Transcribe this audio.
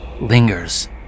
lingers